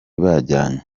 bajyanye